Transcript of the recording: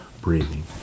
breathing